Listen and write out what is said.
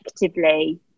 effectively